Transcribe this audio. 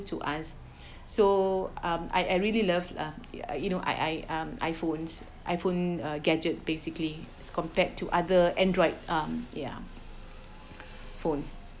to us so um I I really love lah yeah you know I I am iPhones iPhone uh gadget basically as compared to other Android uh ya phones